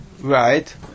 Right